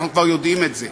אנחנו כבר יודעים את זה.